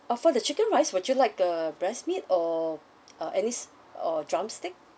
oh for the chicken rice would you like a breast meat or uh any or drumstick